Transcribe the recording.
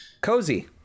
Cozy